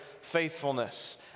faithfulness